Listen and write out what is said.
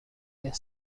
their